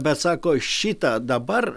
bet sako šita dabar